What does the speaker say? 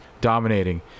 dominating